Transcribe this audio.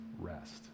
rest